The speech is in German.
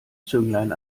zünglein